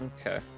okay